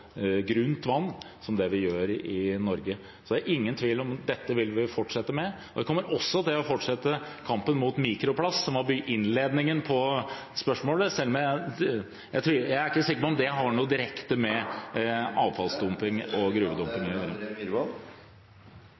grunt vann som vi gjør i Norge. Så det er ingen tvil – dette vil vi fortsette med. Vi kommer også til å fortsette kampen mot mikroplast, som var innledningen på spørsmålet, selv om jeg ikke er sikker på om det har noe direkte å gjøre med avfallsdumping og